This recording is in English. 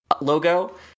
logo